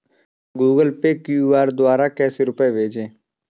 Google Pay QR द्वारा कैसे रूपए भेजें?